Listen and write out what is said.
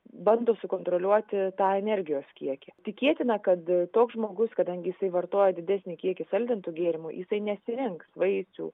bando sukontroliuoti tą energijos kiekį tikėtina kad toks žmogus kadangi jisai vartoja didesnį kiekį saldintų gėrimų jisai nesirinks vaisių